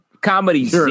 Comedy